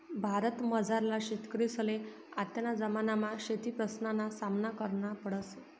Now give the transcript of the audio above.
भारतमझारला शेतकरीसले आत्तेना जमानामा शेतीप्रश्नसना सामना करना पडस